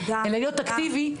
אלא להיות אקטיבי,